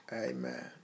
Amen